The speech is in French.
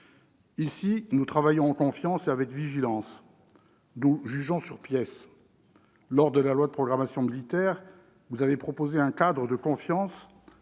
Ici, nous travaillons en confiance et avec vigilance. Nous jugeons sur pièces ! Lors de la loi de programmation militaire, vous avez proposé un cadre de confiance